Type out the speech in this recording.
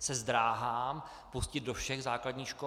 zdráhám pustit do všech základních škol.